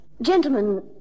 Gentlemen